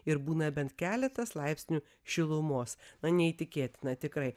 ir būna bent keletas laipsnių šilumos na neįtikėtina tikrai